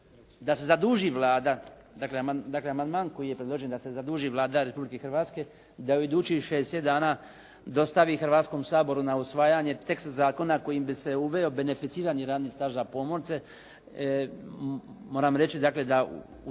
da se zaduži Vlada, dakle amandman koji je predložen, da se zaduži Vlada Republike Hrvatske, da u idućih 60 dana dostavi Hrvatskom saboru na usvajanje teksta zakona koji bi se uveo beneficirani radni staž za pomorce. Moram reći dakle da u takvom